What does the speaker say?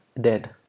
dead